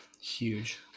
Huge